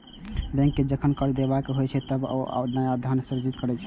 bank कें जखन कर्ज देबाक होइ छै, ते ओ नया धनक सृजन करै छै